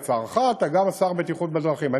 לצערך אתה גם השר לבטיחות בדרכים.